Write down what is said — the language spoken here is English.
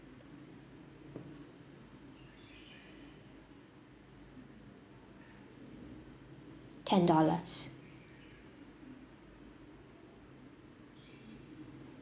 ten dollars